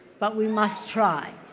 but we must try.